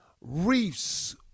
reefs